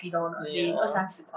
ya